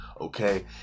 okay